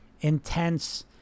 intense